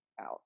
out